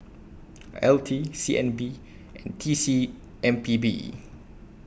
L T C N B and T C M P B